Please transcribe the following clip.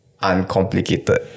uncomplicated